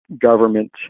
government